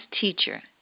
teacher